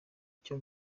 icyo